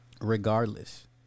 Regardless